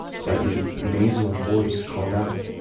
slightly nasal voice called out.